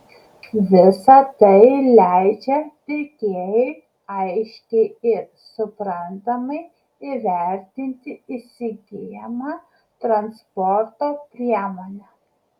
visa tai leidžia pirkėjui aiškiai ir suprantamai įvertinti įsigyjamą transporto priemonę